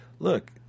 look